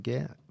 Get